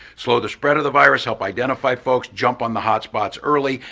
slow the spread of the virus, help identify folks, jump on the hot spots early,